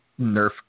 Nerf